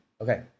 Okay